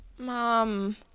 Mom